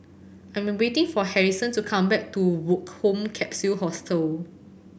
I'm waiting for Harrison to come back to Woke Home Capsule Hostel